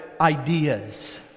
ideas